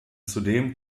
zudem